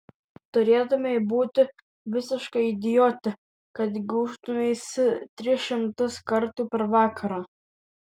turėtumei būti visiška idiote kad gūžtumeisi tris šimtus kartų per vakarą